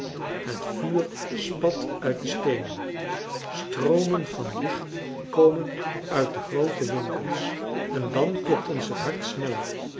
het vuur spat uit de steenen stroomen van licht komen uit de groote winkels en françois haverschmidt familie en kennissen dan klopt ons het hart sneller